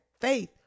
faith